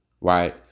Right